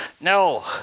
No